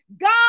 God